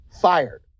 Fired